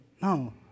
no